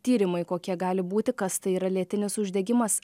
tyrimai kokie gali būti kas tai yra lėtinis uždegimas